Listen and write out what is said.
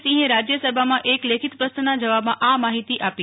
સીંહે રાજયસભામાં એક લેખિત પ્રશ્નના જવાબમાં આ માહિતી આપી